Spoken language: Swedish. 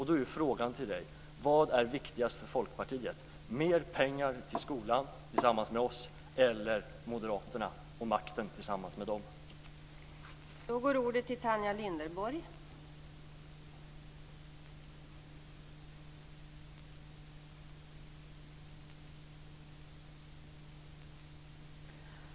Då är frågan till Lars Leijonborg: Vad är viktigast för Folkpartiet, mer pengar till skolan tillsammans med oss eller makten tillsammans med Moderaterna?